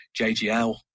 JGL